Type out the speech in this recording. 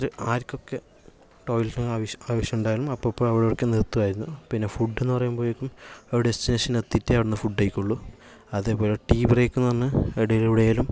എത്ര ആർക്കൊക്കെ ടോയിലറ്റിന് അവശ്യ ആവശ്യമുണ്ടായാലും അപ്പപ്പം അവിടെ അവിടെയൊക്കെ നിർത്തുമായിരുന്നു പിന്നെ ഫുഡെന്ന് പറയുമ്പോയേക്കും അവിടെ ഡെസ്റ്റിനേഷൻ എത്തിയിട്ടേ അവിടുന്ന് ഫുഡ് കയിക്കുള്ളു അതേപോലെ റ്റീ ബ്രേക്ക് എന്നുപറഞ്ഞാൽ അവിടെവിടെലും